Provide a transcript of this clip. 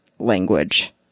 language